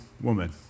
woman